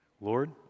Lord